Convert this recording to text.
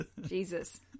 Jesus